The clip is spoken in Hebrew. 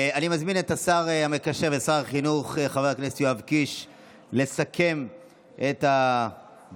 אני מזמין את השר המקשר ושר החינוך חבר הכנסת יואב קיש לסכם את הדיון.